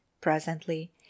presently